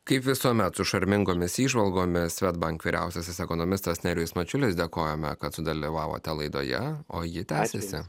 kaip visuomet su šarmingomis įžvalgomis swedbank vyriausiasis ekonomistas nerijus mačiulis dėkojame kad sudalyvavote laidoje o ji tęsiasi